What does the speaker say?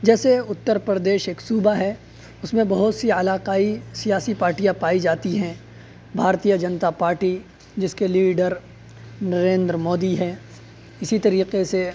جیسے اتر پردیش ایک صوبہ ہے اس میں بہت سی علاقائی سیاسی پارٹیاں پائی جاتی ہیں بھارتیہ جنتا پارٹی جس کے لیڈر نریندر مودی ہیں اسی طریقے سے